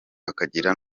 akagira